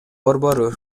борбору